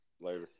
Later